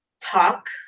talk